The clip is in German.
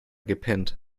gepennt